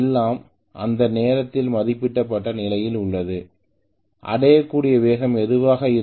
எல்லாம் அந்த நேரத்தில் மதிப்பிடப்பட்ட நிலையில் உள்ளது அடையக்கூடிய வேகம் எதுவாக இருந்தாலும் அதுவே மதிப்பிடப்பட்ட வேகம்